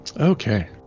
Okay